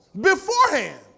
beforehand